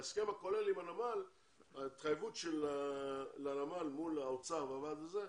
בהסכם הכולל עם הנמל התחייבות של הנמל מול האוצר והיועד הזה,